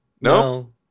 No